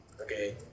okay